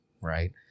right